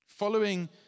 Following